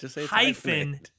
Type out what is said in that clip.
hyphen